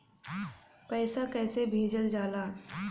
पैसा कैसे भेजल जाला?